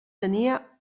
tenia